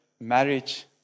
marriage